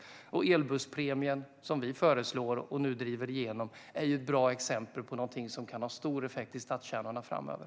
Vidare är den elbusspremie som vi har föreslagit och nu driver igenom ett bra exempel på något som kan ge stor effekt i stadskärnorna framöver.